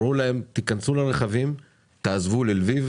אמרו להם, תיכנסו לרכבים, תעזבו ללביב.